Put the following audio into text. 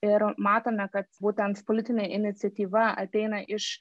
ir matome kad būtent politinė iniciatyva ateina iš